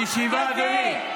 בישיבה, אדוני.